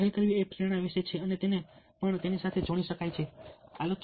પહેલ કરવી એ પ્રેરણા વિશે છે તમે તેને પણ તેની સાથે જોડી શકો છો